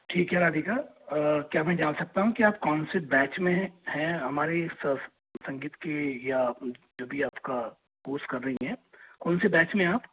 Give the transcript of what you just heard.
ठीक है राधिका क्या मैं जान सकता हूँ आप कोन सी बैच में हैं हैं हमारे संगीत की या अभी आपका कोर्स कर रही हैं कौन से बैच में हैं आप